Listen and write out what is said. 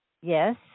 Yes